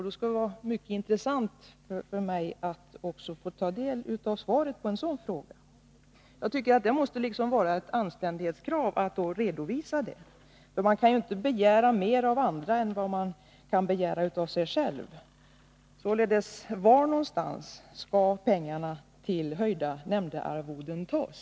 Det vore då intressant för mig att få svar på den frågan. Det måste vara ett anständighetskrav att ge en redovisning på den punkten. Man bör ju inte begära mer av andra än man begär av sig själv. Varifrån skall således pengar till höjda nämndemannaarvoden tas?